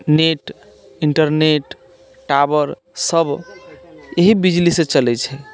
net internet tower सभ इहै बिजली से चलै छै